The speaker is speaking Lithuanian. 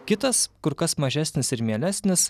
kitas kur kas mažesnis ir mielesnis